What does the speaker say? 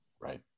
right